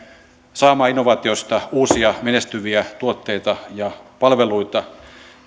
saamaan innovaatioista uusia menestyviä tuotteita ja palveluita